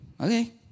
okay